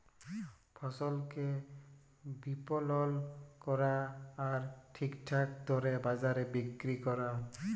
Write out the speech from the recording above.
ফসলকে বিপলল ক্যরা আর ঠিকঠাক দরে বাজারে বিক্কিরি ক্যরা